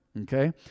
okay